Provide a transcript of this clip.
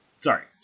Sorry